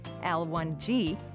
L1G